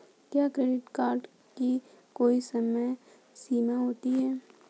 क्या credit card की कोई समय सीमा होती है?